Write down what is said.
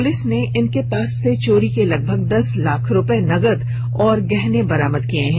police ने इनके पास से चोरी के लगभग दस लाख रुपये नगद और गहने बरामद किये हैं